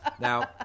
Now